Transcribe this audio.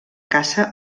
caça